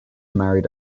married